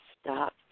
stop